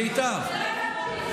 זו הייתה המשטרה.